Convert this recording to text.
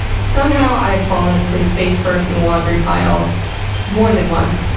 somehow, i have fallen asleep face-first in the laundry pile more than once.